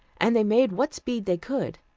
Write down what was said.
and they made what speed they could.